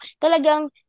Talagang